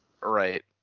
Right